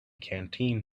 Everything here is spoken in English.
canteen